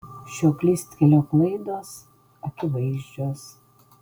šio klystkelio klaidos akivaizdžios